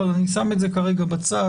אני שם כרגע בצד,